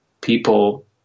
people